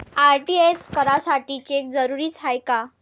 RTGS करासाठी cheque जरुरीचा हाय काय?